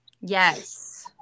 Yes